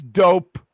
dope